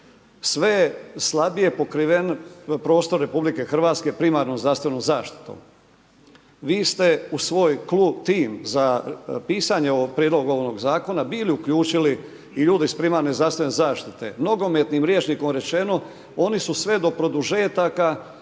Sve slabije je pokriven prostor Republike Hrvatske primarnom zdravstvenom zaštitom. Vi ste u svoj klub time za pisanje Prijedloga ovoga zakona bili uključili i ljude iz primarne zdravstvene zaštite. Nogometnim rječnikom rečeno oni su sve do produžetaka